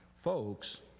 Folks